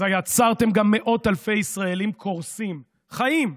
אז גם יצרתם מאות אלפי ישראלים קורסים, חיים,